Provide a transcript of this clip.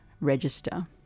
register